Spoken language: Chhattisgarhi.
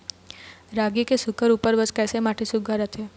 रागी के सुघ्घर उपज बर कैसन माटी सुघ्घर रथे?